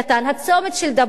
הצומת של דבורייה,